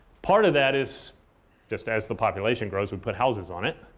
part of that is just as the population grows, we put houses on it.